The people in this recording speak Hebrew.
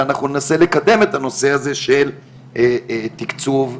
ואנחנו ננסה לקדם את הנושא הזה של תיקצוב פרוגרסיבי.